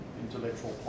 intellectual